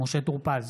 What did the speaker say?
משה טור פז,